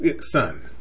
son